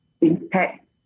impact